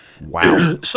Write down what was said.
Wow